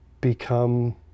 become